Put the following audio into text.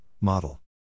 model